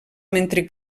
mentre